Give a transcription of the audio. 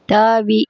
தாவி